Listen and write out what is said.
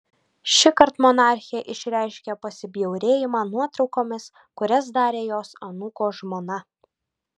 šįkart monarchė išreiškė pasibjaurėjimą nuotraukomis kurias darė jos anūko žmona